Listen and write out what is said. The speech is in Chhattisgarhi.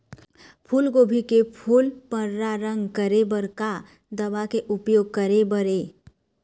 फूलगोभी के फूल पर्रा रंग करे बर का दवा के उपयोग करे बर ये?